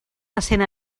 recent